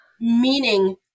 meaning